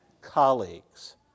colleagues